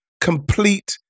complete